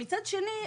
מצד שני,